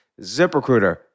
ZipRecruiter